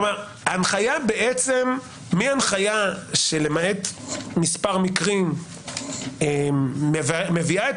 כלומר ההנחיה בעצם מהנחיה שלמעט מספר מקרים מביאה את